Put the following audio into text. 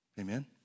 Amen